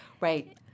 Right